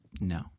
no